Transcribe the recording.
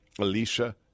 Alicia